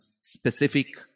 specific